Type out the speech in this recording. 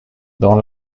dans